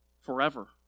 forever